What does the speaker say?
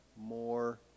more